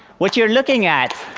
what you're looking at